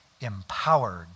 empowered